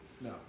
No